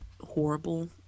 horrible